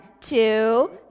two